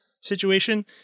situation